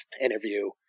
interview